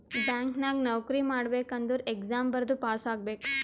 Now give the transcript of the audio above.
bank ನಾಗ್ ನೌಕರಿ ಮಾಡ್ಬೇಕ ಅಂದುರ್ ಎಕ್ಸಾಮ್ ಬರ್ದು ಪಾಸ್ ಆಗ್ಬೇಕ್